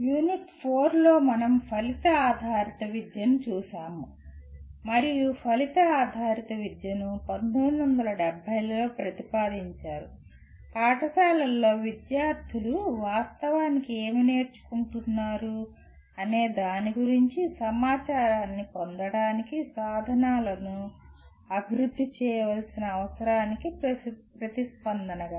unit 4 లో మనం ఫలిత ఆధారిత విద్యను చూశాము మరియు ఫలిత ఆధారిత విద్యను 1970 లలో ప్రతిపాదించారు పాఠశాలల్లో విద్యార్థులు వాస్తవానికి ఏమి నేర్చుకుంటున్నారు అనే దాని గురించి సమాచారాన్ని పొందటానికి సాధనాలను అభివృద్ధి చేయవలసిన అవసరానికి ప్రతిస్పందనగా